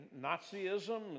Nazism